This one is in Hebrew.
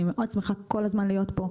אני מאוד שמחה כל הזמן להיות פה,